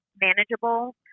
manageable